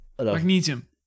magnesium